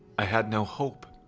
i had no hope.